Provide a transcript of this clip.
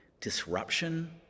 disruption